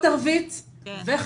דוברות ערבית וחרדיות,